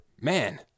man—